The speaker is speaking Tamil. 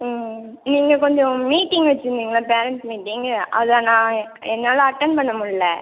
ம் நீங்கள் கொஞ்சம் மீட்டிங் வச்சிருந்திங்கள்ல பேரண்ட்ஸ் மீட்டிங் அதை நான் என்னால் அட்டெண்ட் பண்ண முடில்ல